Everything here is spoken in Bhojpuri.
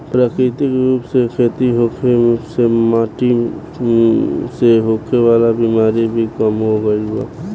प्राकृतिक रूप से खेती होखे से माटी से होखे वाला बिमारी भी कम हो गईल बा